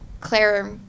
Claire